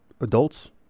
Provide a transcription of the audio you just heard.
adults